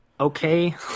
okay